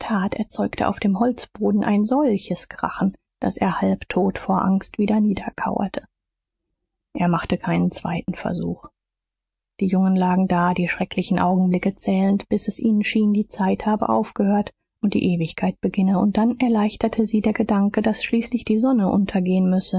erzeugte auf dem holzboden ein solches krachen daß er halbtot vor angst wieder niederkauerte er machte keinen zweiten versuch die jungen lagen da die schrecklichen augenblicke zählend bis es ihnen schien die zeit habe aufgehört und die ewigkeit beginne und dann erleichterte sie der gedanke daß schließlich die sonne untergehen müsse